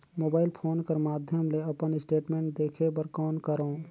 Mobile phone कर माध्यम ले अपन स्टेटमेंट देखे बर कौन करों?